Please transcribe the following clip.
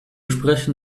sprechen